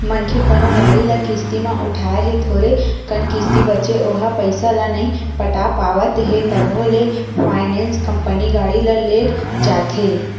मनखे कोनो गाड़ी ल किस्ती म उठाय हे थोरे कन किस्ती बचें ओहा पइसा ल नइ पटा पावत हे तभो ले फायनेंस कंपनी गाड़ी ल लेग जाथे